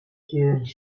kid